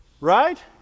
Right